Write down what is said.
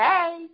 Hey